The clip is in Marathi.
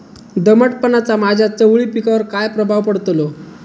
दमटपणाचा माझ्या चवळी पिकावर काय प्रभाव पडतलो?